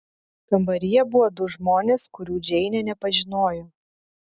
kambaryje buvo du žmonės kurių džeinė nepažinojo